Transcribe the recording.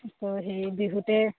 সেই বিহুতে